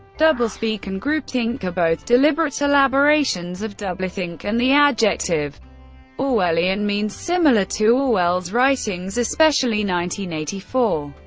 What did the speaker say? doublespeak and groupthink are both deliberate elaborations of doublethink, and the adjective orwellian means similar to orwell's writings, especially nineteen eighty-four.